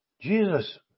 Jesus